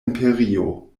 imperio